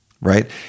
right